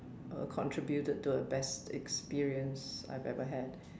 a contributed to a best experience I've ever had